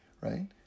right